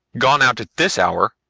gone out at this hour?